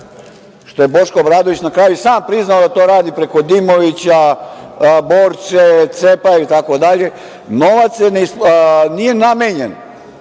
što je Boško Obradović na kraju sam priznao da to radi preko Dimovića, Borče, Crepaje itd. Novac nije namenjen